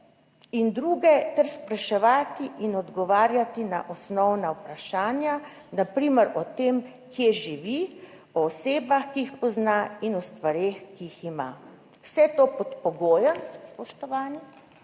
in druge ter spraševati in odgovarjati na osnovna vprašanja, na primer o tem, kje živi, o osebah, ki jih pozna, in o stvareh, ki jih ima. Vse to pod pogojem, spoštovani,